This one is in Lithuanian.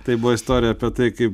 tai buvo istorija apie tai kaip